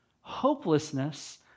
Hopelessness